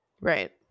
Right